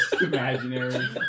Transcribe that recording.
imaginary